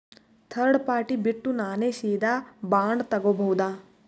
Third party ಬಿಟ್ಟು ನಾನೇ ಸೀದಾ ಬಾಂಡ್ ತೋಗೊಭೌದಾ?